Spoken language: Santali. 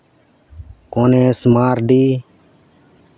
ᱜᱚᱱᱮᱥ ᱢᱟᱨᱰᱤ